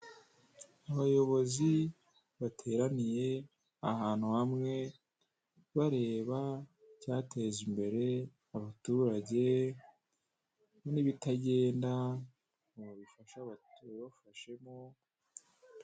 Abayobozi bateraniye ahantu hamwe bareba icyateza imbere abaturage n'ibitagenda ngo tubibafashemo.